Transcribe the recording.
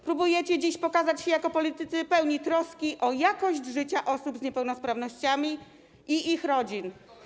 Próbujecie dziś pokazać się jako politycy pełni troski o jakość życia osób z niepełnosprawnościami i ich rodzin.